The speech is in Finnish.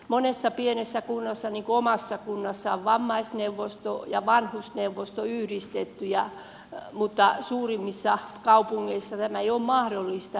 monessa pienessä kunnassa niin kuin omassa kunnassani on vammaisneuvosto ja vanhusneuvosto yhdistetty mutta suurimmissa kaupungeissa tämä ei ole mahdollista